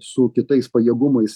su kitais pajėgumais